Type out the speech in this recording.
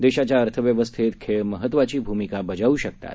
देशाच्या अर्थव्यवस्थेत खेळ महत्वाची भूमिका बजावू शकतात